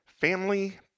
Family